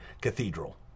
cathedral